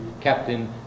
Captain